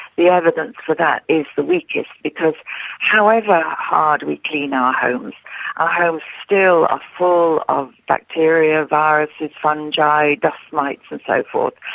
the evidence for that is the weakest. because however hard we clean our our homes still are full of bacteria, viruses, fungi, dust mites and so forth.